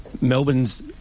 Melbourne's